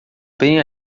bem